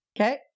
Okay